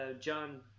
John